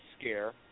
scare